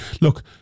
look